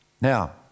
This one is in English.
Now